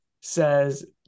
says